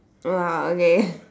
oh okay